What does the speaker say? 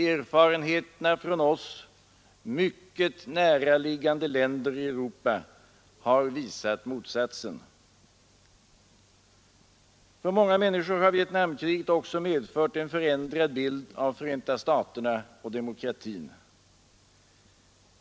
Erfarenheterna från oss mycket näraliggande länder i Europa har visat motsatsen. För många människor har Vietnamkriget också medfört en förändrad bild av Förenta staterna och demokratin.